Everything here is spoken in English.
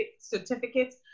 certificates